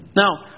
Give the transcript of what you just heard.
Now